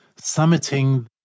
summiting